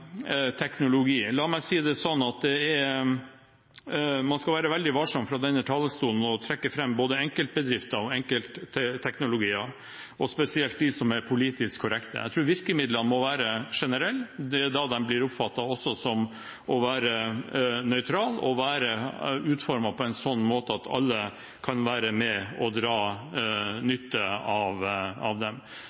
teknologi. La meg si det sånn: Man skal være veldig varsom med fra denne talerstolen å trekke fram både enkeltbedrifter og enkeltteknologier, og spesielt dem som er politisk korrekte. Jeg tror virkemidlene må være generelle. Det er da de også blir oppfattet som nøytrale og utformet på en sånn måte at alle kan være med og dra nytte av dem.